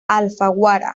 alfaguara